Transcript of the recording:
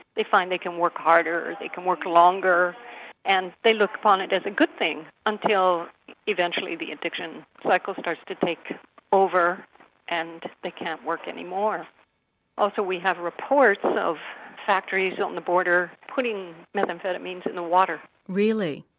they find they can work harder, they can work longer and they look upon it as a good thing until eventually the addiction cycle starts to take over and they can't work any more. also we have reports of factories on the border putting methamphetamines in the water. really.